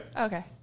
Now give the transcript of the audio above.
Okay